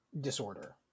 disorder